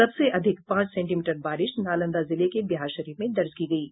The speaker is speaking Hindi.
सबसे अधिक पांच सेंटीमीटर बारिश नालंदा जिले के बिहारशरीफ में दर्ज की गयी है